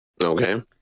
Okay